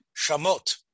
Shamot